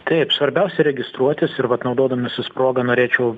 taip svarbiausia registruotis ir vat naudodamis proga norėčiau